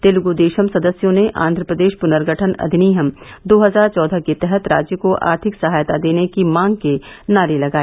तेलुगु देशम सदस्यों ने आंध्र प्रदेश पुनर्गठन अधिनियम दो हजार चोदेह के तहत राज्य को आर्थिक सहायता देने की मांग के नारे लगाए